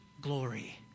glory